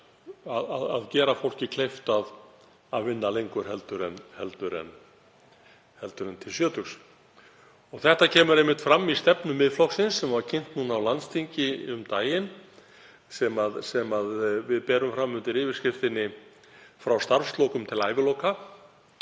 að gera fólki kleift að vinna lengur en til sjötugs. Þetta kemur einmitt fram í stefnu Miðflokksins sem var kynnt á landsþingi um daginn sem við berum fram undir yfirskriftinni Frá starfslokum til æviloka,